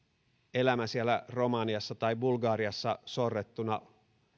elämä siellä romaniassa tai bulgariassa sorrettuna